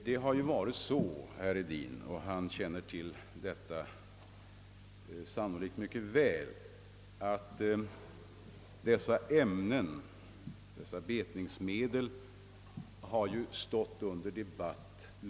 Som herr Hedin säkerligen mycket väl känner till har dessa betningsmedel under lång tid stått under debatt.